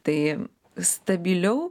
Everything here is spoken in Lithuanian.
tai stabiliau